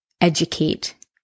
educate